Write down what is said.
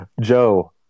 Joe